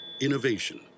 Innovation